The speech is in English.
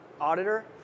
auditor